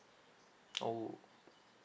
oh